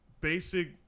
basic